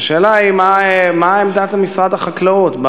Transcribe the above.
והשאלה היא מה עמדת משרד החקלאות.